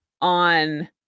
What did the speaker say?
on